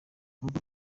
nkuko